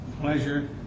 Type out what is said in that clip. pleasure